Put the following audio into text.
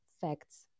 facts